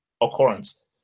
occurrence